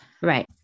Right